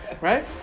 right